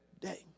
day